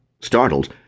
Startled